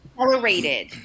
accelerated